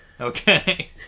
Okay